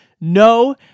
no